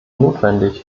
notwendig